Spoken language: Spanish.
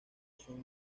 son